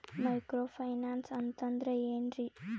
Micro finance ಅಂತಂದ್ರ ಏನ್ರೀ?